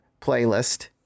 playlist